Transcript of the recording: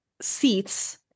seats